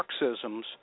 Marxisms